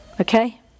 Okay